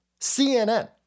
CNN